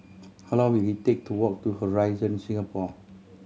how long will it take to walk to Horizon Singapore